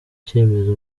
cyemezo